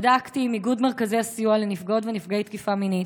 בדקתי עם איגוד מרכזי הסיוע לנפגעות ונפגעי תקיפה מינית.